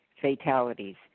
fatalities